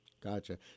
Gotcha